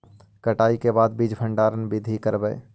कटाई के बाद बीज भंडारन बीधी करबय?